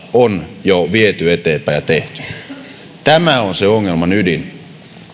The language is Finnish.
on jo viety eteenpäin ja tehty tämä on se ongelman ydin